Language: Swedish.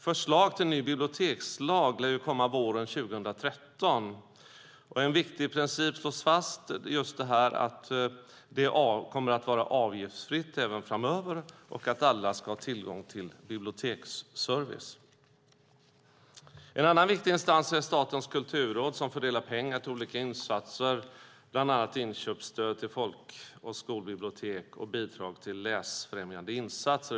Förslag till ny bibliotekslag lär komma våren 2013. En viktig princip slås fast: att det kommer att vara avgiftsfritt även framöver och att alla ska ha tillgång till biblioteksservice. En annan viktig instans är Statens kulturråd, som fördelar pengar till olika insatser, bland annat inköpsstöd till folk och storbibliotek och bidrag till läsfrämjande insatser.